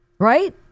Right